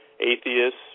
atheists